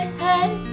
head